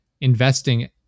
investing